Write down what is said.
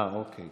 אה, אוקיי.